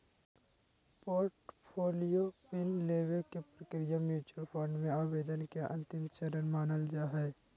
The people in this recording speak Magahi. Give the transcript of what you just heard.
पोर्टफोलियो पिन लेबे के प्रक्रिया म्यूच्यूअल फंड मे आवेदन के अंतिम चरण मानल जा हय